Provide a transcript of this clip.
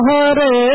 Hare